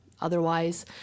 otherwise